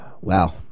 Wow